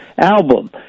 album